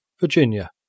Virginia